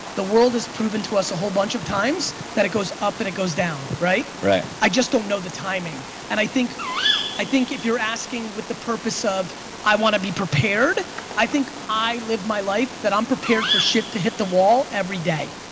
the world is proven to us a whole bunch of times that goes up and it goes down, right? right. i just don't know the timing and i think i think if you're asking with the purpose of i want to be prepared i think i live my life that i'm prepared for shit to hit the wall every day.